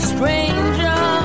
Stranger